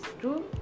true